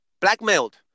blackmailed